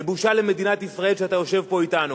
ובושה למדינת ישראל שאתה יושב פה אתנו.